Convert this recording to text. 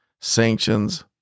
sanctions